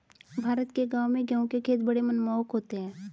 भारत के गांवों में गेहूं के खेत बड़े मनमोहक होते हैं